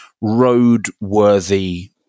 road-worthy